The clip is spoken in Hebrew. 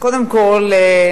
קודם כול,